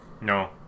No